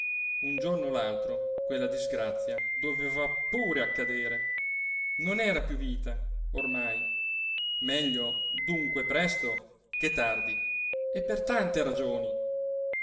un giorno o l'altro quella disgrazia doveva pure accadere non era più vita ormai meglio dunque presto che tardi e per tante ragioni